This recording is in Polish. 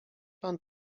pan